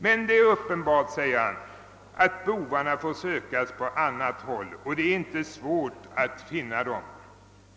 Han sade då bl.a. följande: »Det är uppenbart att bovarna får sökas på annat håll och det är inte svårt att finna dem.